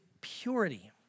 purity